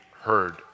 heard